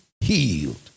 healed